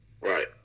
Right